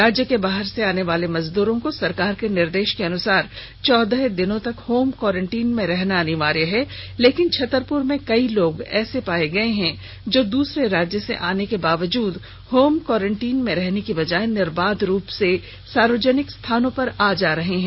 राज्य के बाहर से आनेवाले मजदूरों को सरकार के निर्देश के अनुसार चौदह दिन होम कारेंटीन में रहना अनिवार्य है लेकिन छत्तरपुर में कई लोग ऐसे पाये गये हैं जो दूसरे राज्य से आने के बावजुद होम कोरेंटीन में रहने की बजाय निर्बाध रूप से सार्वजनिक स्थानों पर आवागमन कर रहे हैं